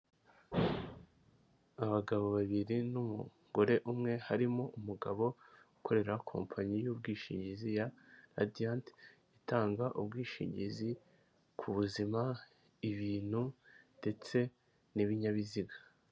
Abagabo babiri n'umugore umwe, harimo umugabo ukorera kompanyi y'ubwishingizi ya radiant itanga ubwishingizi ku buzima, ibintu ndetse n'ibinyabiziga.